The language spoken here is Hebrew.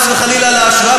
וחס וחלילה על ההשוואה,